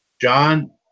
John